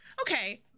Okay